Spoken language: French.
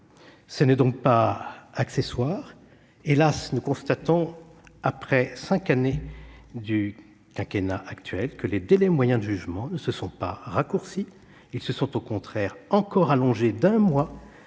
Ce n'est donc pas accessoire. Hélas, après cinq années du quinquennat actuel, nous constatons que les délais moyens de jugement ne se sont pas raccourcis : ils se sont au contraire encore allongés d'un mois,